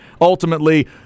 Ultimately